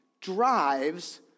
drives